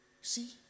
See